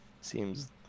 Seems